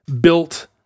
built